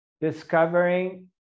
discovering